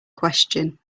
question